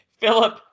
Philip